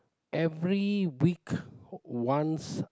every week once